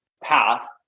path